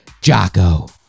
Jocko